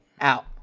Out